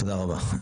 תודה רבה.